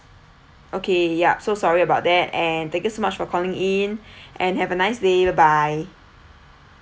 okay yup so sorry about that and thank you so much for calling in and have a nice day bye bye